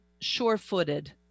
sure-footed